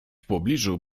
pobliżu